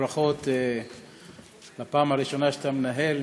ברכות לפעם הראשונה שאתה מנהל.